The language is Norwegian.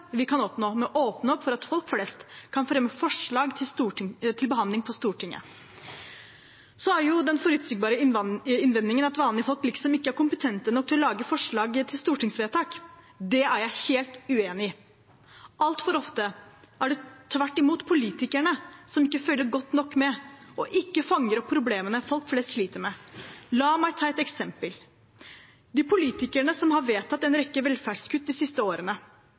vi kan oppnå ved å åpne opp for at folk flest kan fremme forslag til behandling på Stortinget. Den forutsigbare innvendingen er at vanlige folk ikke er kompetente nok til å lage forslag til stortingsvedtak. Det er jeg helt uenig i. Altfor ofte er det tvert imot politikerne som ikke følger godt nok med og ikke fanger opp problemene folk flest sliter med. La meg ta et eksempel. De politikerne som har vedtatt en rekke velferdskutt de siste årene,